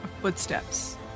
footsteps